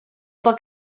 bod